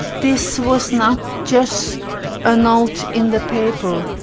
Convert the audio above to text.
this was not just a note in the paper.